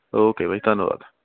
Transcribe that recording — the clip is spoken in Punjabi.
ਓਕੇ ਭਾਅ ਜੀ ਧੰਨਵਾਦ